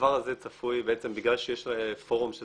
הדבר הזה צפוי בעצם בגלל שיש פורום של